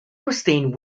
christine